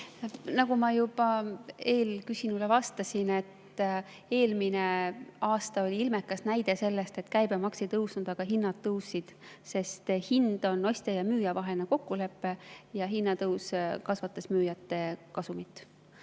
Nagu ma juba eelküsijale vastasin, eelmine aasta oli ilmekas näide, kui käibemaks ei tõusnud, aga hinnad tõusid, sest hind on ostja ja müüja vaheline kokkulepe ja hinnatõus kasvatas müüjate kasumit.